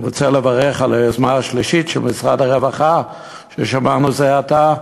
אני רוצה לברך על היוזמה השלישית של משרד הרווחה ששמענו זה עתה,